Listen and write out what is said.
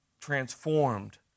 transformed